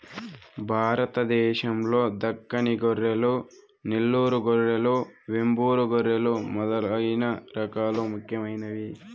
భారతదేశం లో దక్కని గొర్రెలు, నెల్లూరు గొర్రెలు, వెంబూరు గొర్రెలు మొదలైన రకాలు ముఖ్యమైనవి